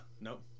Nope